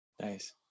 Nice